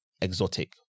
exotic